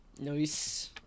Nice